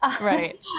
Right